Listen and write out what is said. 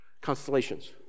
constellations